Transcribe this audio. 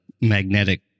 magnetic